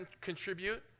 contribute